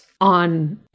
on